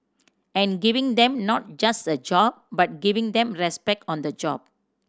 and giving them not just a job but giving them respect on the job